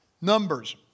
Numbers